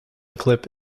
clip